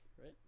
right